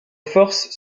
forces